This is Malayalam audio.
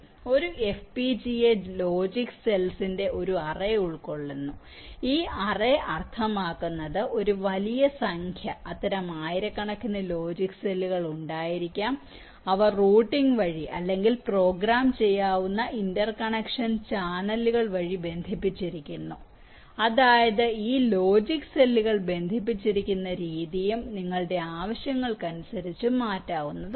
അതിനാൽ ഒരു FPGA ലോജിക് സെൽസിന്റെ ഒരു അറേ ഉൾക്കൊള്ളുന്നു ഈ അറേ അർത്ഥമാക്കുന്നത് ഒരു വലിയ സംഖ്യ അത്തരം ആയിരക്കണക്കിന് ലോജിക് സെല്ലുകൾ ഉണ്ടായിരിക്കാം അവ റൂട്ടിംഗ് വഴി അല്ലെങ്കിൽ പ്രോഗ്രാം ചെയ്യാവുന്ന ഇന്റർകണക്ഷൻ ചാനലുകൾ വഴി ബന്ധിപ്പിച്ചിരിക്കുന്നു അതായത് ഈ ലോജിക് സെല്ലുകൾ ബന്ധിപ്പിച്ചിരിക്കുന്ന രീതിയും നിങ്ങളുടെ ആവശ്യങ്ങൾക്കനുസരിച്ച് മാറ്റാവുന്നതാണ്